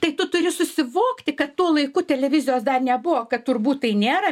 tai tu turi susivokti kad tuo laiku televizijos dar nebuvo kad turbūt tai nėra